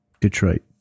Detroit